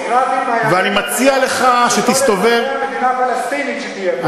ואני רוצה שתהיה חלק מהמדינה היהודית.